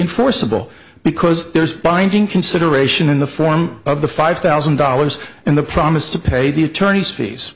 enforceable because there's binding consideration in the form of the five thousand die dollars and the promise to pay the attorneys fees